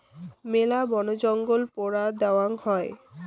মেলা বনজঙ্গল পোড়া দ্যাওয়াং হই